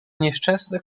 nieszczęsne